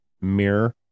mirror